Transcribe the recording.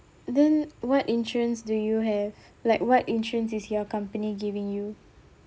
then what insurance do you have like what insurance is your company giving you